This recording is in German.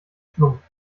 schlumpf